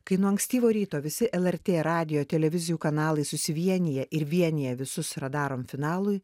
kai nuo ankstyvo ryto visi lrt radijo televizijų kanalai susivienija ir vienija visus radarom finalui